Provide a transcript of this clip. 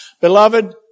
Beloved